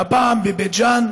והפעם בבית ג'ן,